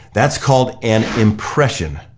that's called an impression.